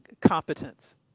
competence